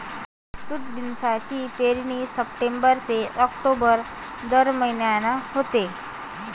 विस्तृत बीन्सची पेरणी सप्टेंबर ते ऑक्टोबर दरम्यान होते